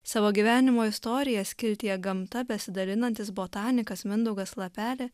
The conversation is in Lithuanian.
savo gyvenimo istoriją skiltyje gamta besidalinantis botanikas mindaugas lapelė